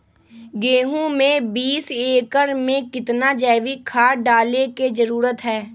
गेंहू में बीस एकर में कितना जैविक खाद डाले के जरूरत है?